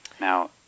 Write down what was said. now